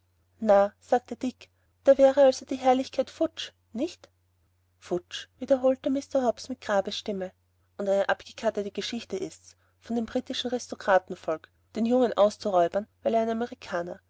na sagte dick da wäre also die ganze herrlichkeit futsch nicht futsch wiederholte mr hobbs mit grabesstimme und eine abgekartete geschichte ist's von dem britischen ristokratenvolk den jungen auszuräubern weil er ein amerikaner